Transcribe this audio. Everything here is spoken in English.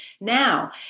now